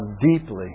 deeply